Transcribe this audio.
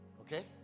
okay